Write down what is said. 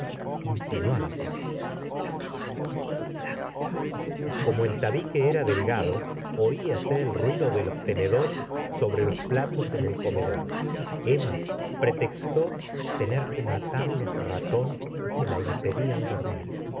insinuante la quiero dámela como el tabique era delgado oíase el ruido de los tenedores sobre los platos en el comedor emma pretextó tener que matar los ratones que la impe dian dormir